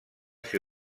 ser